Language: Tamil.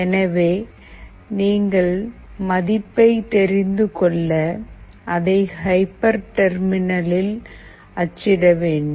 எனவே நீங்கள் மதிப்பை தெரிந்து கொள்ள அதை ஹைபர்டர்மினலில் அச்சிட வேண்டும்